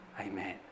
Amen